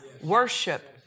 worship